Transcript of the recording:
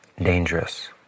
dangerous